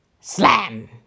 Slam